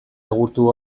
egurtu